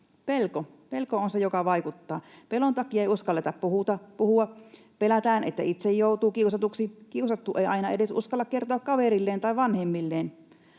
Pelko on se, joka vaikuttaa. Pelon takia ei uskalleta puhua. Pelätään, että itse joutuu kiusatuksi. Kiusattu ei aina edes uskalla kertoa kaverilleen tai vanhemmilleen.